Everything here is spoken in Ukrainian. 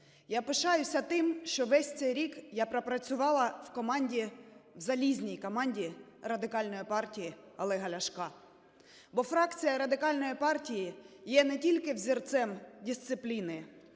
Я пишаюся тим, що весь цей рік я пропрацювала в команді, залізній команді Радикальної партії Олега Ляшка. Бо фракція Радикальної партії є не тільки взірцем дисципліни,